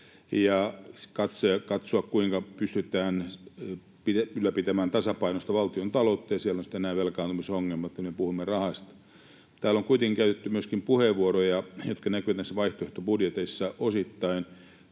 ja katsoa, kuinka pystytään ylläpitämään tasapainoista valtiontaloutta, ja siellä ovat sitten nämä velkaantumisongelmat, eli me puhumme rahasta. Täällä on kuitenkin käytetty myöskin puheenvuoroja ilmiöistä ja asioista, jotka näkyvät näissä vaihtoehtobudjeteissa osittain